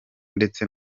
ndetse